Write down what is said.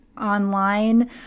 online